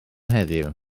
heddiw